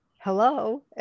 Hello